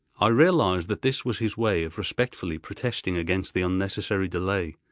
i realised that this was his way of respectfully protesting against the unnecessary delay,